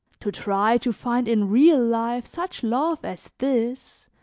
to try to find in real life such love as this,